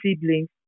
siblings